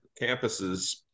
campuses